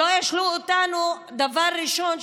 דבר ראשון,